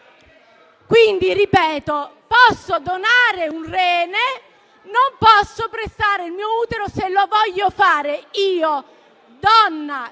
Quindi, ripeto, posso donare un rene, ma non posso prestare il mio utero, se lo voglio fare. Io donna